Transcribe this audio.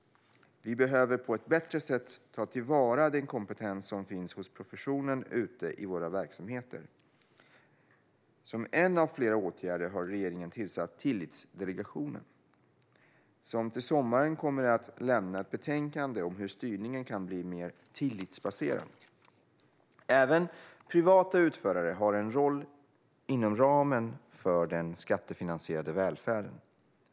Vi behöver på ett bättre sätt ta till vara den kompetens som finns hos professionen ute i våra verksamheter. Som en av flera åtgärder har regeringen tillsatt Tillitsdelegationen, som till sommaren kommer att lämna ett betänkande om hur styrningen kan bli mer tillitsbaserad. Även privata utförare har en roll inom ramen för den skattefinansierade välfärden.